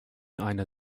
einer